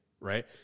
right